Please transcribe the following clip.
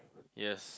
yes